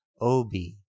Obi